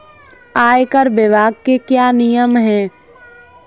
आयकर विभाग के क्या नियम हैं?